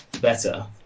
better